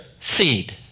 seed